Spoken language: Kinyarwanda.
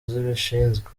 zibishinzwe